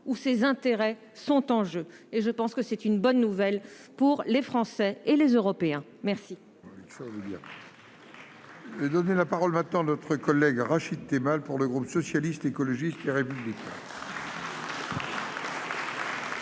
où ses intérêts sont en jeu. Je pense que c'est une bonne nouvelle pour les Français et pour les Européens. La